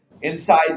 Inside